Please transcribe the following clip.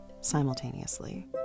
simultaneously